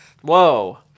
Whoa